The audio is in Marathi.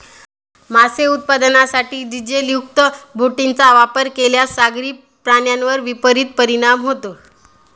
मासे उत्पादनासाठी डिझेलयुक्त बोटींचा वापर केल्यास सागरी प्राण्यांवर विपरीत परिणाम होतो